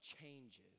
changes